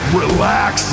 relax